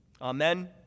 Amen